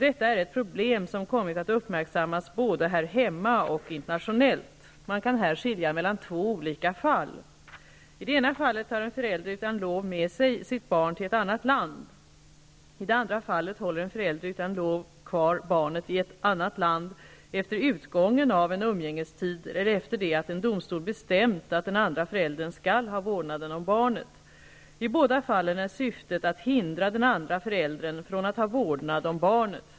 Detta är ett problem som kommit att uppmärksammas både här hemma och internationellt. Man kan här skilja mellan två olika fall. I det ena fallet tar en förälder utan lov med sig sitt barn till ett annat land. I det andra fallet håller en förälder utan lov kvar barnet i ett annat land efter utgången av en umgängestid eller efter det att en domstol bestämt att den andra föräldern skall ha vårdnaden om barnet. I båda fallen är syftet att hindra den andra föräldern från att ha vårdnad om barnet.